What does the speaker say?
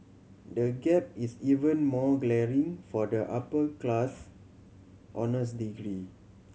the gap is even more glaring for the upper class honours degree